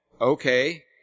Okay